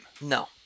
No